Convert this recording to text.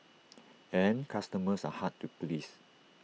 and customers are hard to please